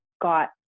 got